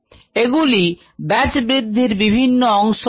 আমরা দেখেছি এগুলি ব্যাচ বৃদ্ধির বিভিন্ন অংশ